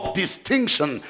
distinction